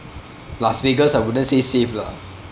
las vegas I wouldn't say safe lah